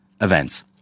events